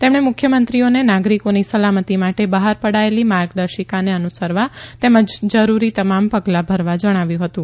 તેમણે મુખ્યમંત્રીઓને નાગરીકોની સલામતી માટે બહાર પડાયેલી એડવાઇઝરીને અનુસરવા તેમજ જરૂરી તમામ પગલા ભરવા જણાવ્યું હતું